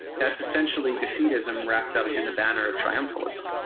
that's essentially defeatism wrapped up in the banner of triumphalism.